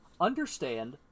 understand